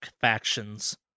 factions